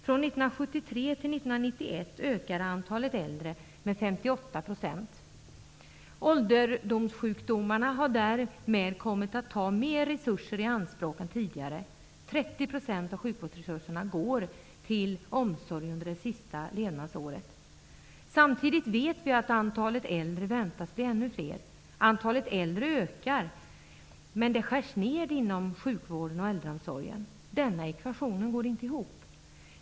Från 1973 till Ålderssjukdomarna har därmed kommit att ta mer resurser i anspråk än tidigare. 30 % av sjukvårdsresurserna går till omsorg under det sista levnadsåret. Samtidigt vet vi att antalet äldre väntas bli ännu fler. Antalet äldre ökar, men det skärs ned inom sjukvården och äldreomsorgen. Denna ekvation går inte ihop.